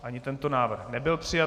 Ani tento návrh nebyl přijat.